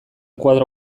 koadro